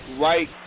right